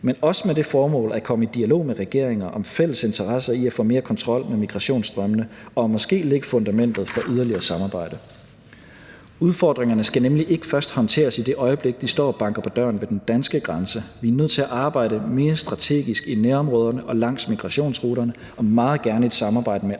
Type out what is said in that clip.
men også med det formål at komme i dialog med regeringer om fælles interesser i at få mere kontrol med migrationsstrømmene og måske lægge fundamentet for yderligere samarbejde. Udfordringerne skal nemlig ikke først håndteres i det øjeblik, de står og banker på døren ved den danske grænse. Vi er nødt til at arbejde mere strategisk i nærområderne og langs migrationsruterne og meget gerne i et samarbejde med